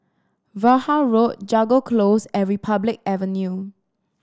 Vaughan Road Jago Close and Republic Avenue